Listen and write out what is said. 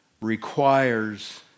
requires